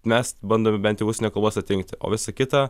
mes bandome bent jau užsienio kalbas atrinkti o visa kita